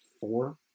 four